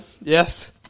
Yes